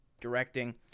directing